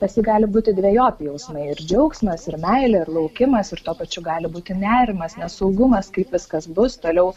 pas jį gali būti dvejopi jausmai ir džiaugsmas ir meilė ir laukimas ir tuo pačiu gali būti nerimas nesaugumas kaip viskas bus toliau